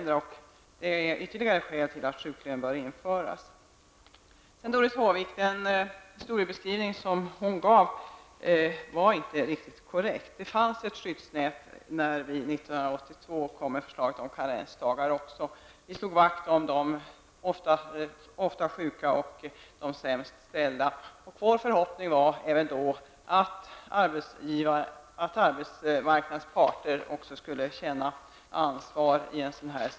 Det är ytterligare ett skäl till att sjuklön bör införas. Den historieskrivning som Doris Håvik gav var inte riktigt korrekt. Det fanns ett skyddsnät i det förslag till karensdagar som vi lade fram 1982. Vi slog vakt om dem som ofta var sjuka liksom de sämst ställda. Vår förhoppning var även då att arbetsmarknadens parter skulle känna sitt ansvar.